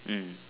mm